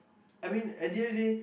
I mean at their day